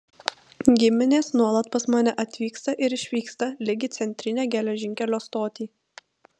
giminės nuolat pas mane atvyksta ir išvyksta lyg į centrinę geležinkelio stotį